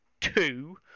two